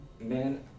man